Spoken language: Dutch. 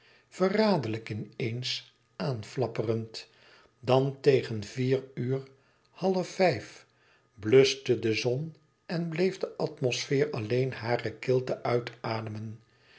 verraderlijk in eens aanflapperend dan tegen vier uur half vijf bluschte de zon en bleef de atmosfeer alleen hare kilte uitademen